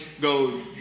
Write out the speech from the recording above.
go